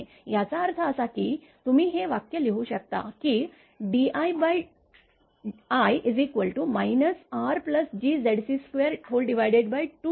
याचा अर्थ असा की तुम्ही हे वाक्य लिहू शकता की dii RGZc22Zc dx